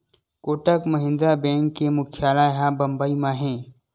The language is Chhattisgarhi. कोटक महिंद्रा बेंक के मुख्यालय ह बंबई म हे